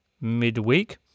midweek